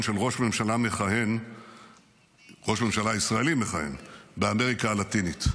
של ראש ממשלה ישראלי מכהן באמריקה הלטינית.